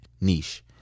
niche